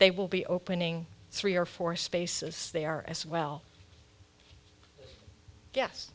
they will be opening three or four spaces there as well yes